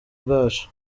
bwacu